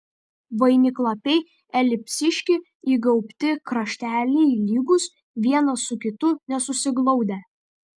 vainiklapiai elipsiški įgaubti krašteliai lygūs vienas su kitu nesusiglaudę